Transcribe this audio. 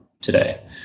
today